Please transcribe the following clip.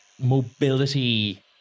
mobility